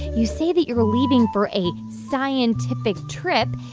you say that you're leaving for a scientific trip.